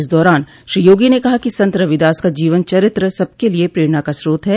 इस दौरान श्री योगी ने कहा कि संत रविदास का जीवन चरित्र सबके लिये प्रेरणा का स्रोत है